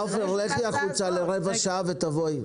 לאופר, צאי החוצה לרבע שעה ותחזרי.